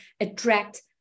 attract